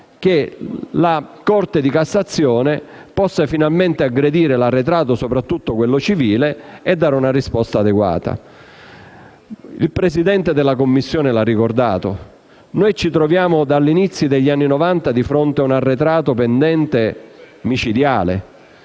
che la Corte di cassazione possa finalmente aggredire l'arretrato, soprattutto quello civile, e dare una risposta adeguata. Il Presidente della Commissione lo ha ricordato: ci troviamo, dagli inizi degli anni Novanta, di fronte a un arretrato pendente micidiale.